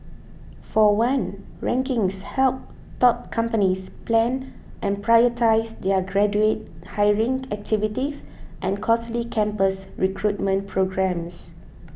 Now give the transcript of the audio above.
for one rankings help top companies plan and prioritise their graduate hiring activities and costly campus recruitment programmes